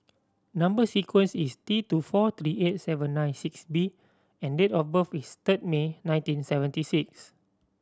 number sequence is T two four three eight seven nine six B and date of birth is third May nineteen seventy six